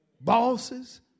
bosses